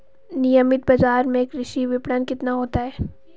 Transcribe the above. नियमित बाज़ार में कृषि विपणन कितना होता है?